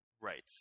Right